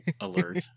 alert